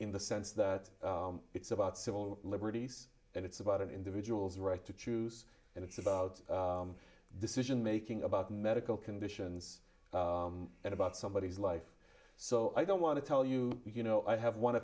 in the sense that it's about civil liberties and it's about an individual's right to choose and it's about decision making a medical conditions about somebody's life so i don't want to tell you you know i have one